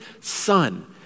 son